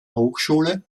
hochschule